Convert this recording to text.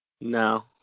No